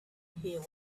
hear